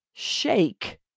shake